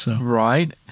Right